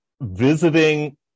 visiting